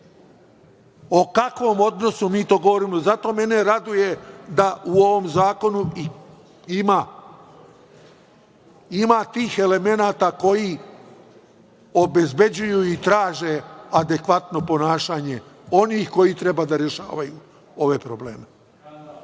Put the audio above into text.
O kakvom odnosu mi to govorimo? Zato mene raduje da u ovom zakonu ima tih elemenata koji obezbeđuju u traže adekvatno ponašanje onih koji treba da rešavaju ove probleme. Mislim